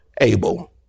Abel